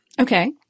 Okay